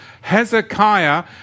Hezekiah